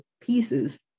pieces